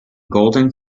golden